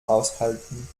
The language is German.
aushalten